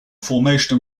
formation